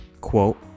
Quote